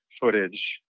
footage